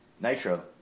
Nitro